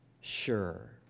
sure